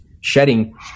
shedding